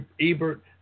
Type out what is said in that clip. Ebert